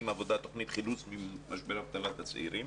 עבודה" תוכנית חילוץ ממשבר אבטלת הצעירים.